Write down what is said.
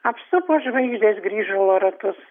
apsupo žvaigždės grįžulo ratus